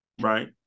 Right